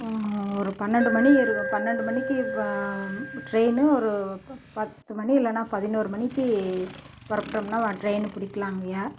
ஒரு பன்னெண்டு மணி ஒரு பன்னெண்டு மணிக்கு ட்ரெயினு ஒரு பத்து மணி இல்லைன்னா பதினோரு மணிக்கு புறப்ட்டம்ன்னா ட்ரெயின் பிடிக்கலாங்கய்யா